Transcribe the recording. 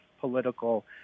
political